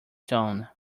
tone